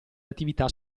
attività